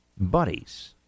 Buddies